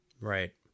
right